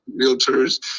realtors